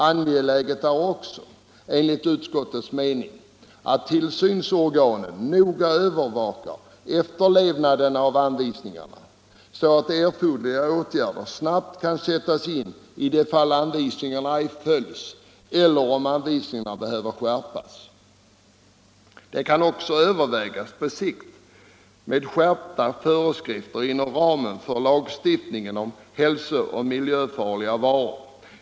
Angeläget är vidare enligt utskottets mening att tillsynsorganen noga övervakar efterlevnaden av anvisningarna, så att erforderliga åtgärder snabbt kan sättas in i de fall anvisningarna ej följs eller om anvisningarna behöver skärpas. Man bör också på sikt överväga skärpta föreskrifter inom ramen för lagstiftningen om hälsooch miljöfarliga varor.